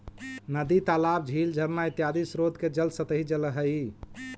नदी तालाब, झील झरना इत्यादि स्रोत के जल सतही जल हई